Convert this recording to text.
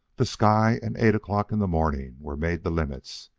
the sky and eight o'clock in the morning were made the limits,